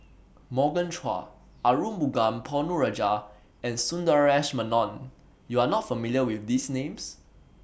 Morgan Chua Arumugam Ponnu Rajah and Sundaresh Menon YOU Are not familiar with These Names